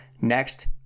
Next